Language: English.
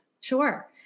Sure